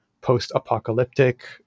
post-apocalyptic